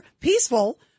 peaceful